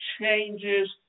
changes